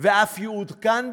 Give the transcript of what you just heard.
והוא אף יעודכן בהמשך,